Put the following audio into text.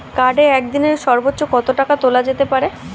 কার্ডে একদিনে সর্বোচ্চ কত টাকা তোলা যেতে পারে?